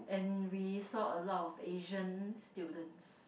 and we saw a lot of Asian students